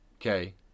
Okay